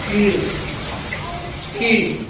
கீழ் கீழ்